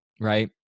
right